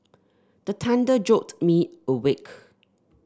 the thunder jolt me awake